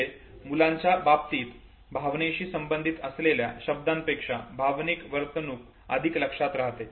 म्हणजे मुलांच्या बाबतीत भावनेशी संबधित असलेल्या शब्दांपेक्षा भावनिक वर्तणूक अधिक लक्षात राहते